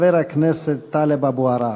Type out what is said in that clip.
חבר הכנסת טלב אבו עראר.